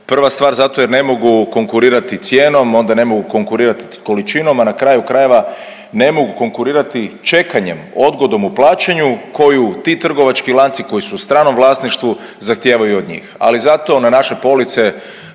prva stvar zato jer ne mogu konkurirati cijenom, onda ne mogu konkurirati količinom, a na kraju krajeva ne mogu konkurirati čekanjem, odgodom u plaćanju koju ti trgovački lanci koji su u stranom vlasništvu zahtijevaju od njih. Ali zato na naše police